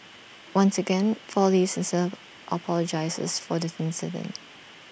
once again four leaves sincerely apologises for this incident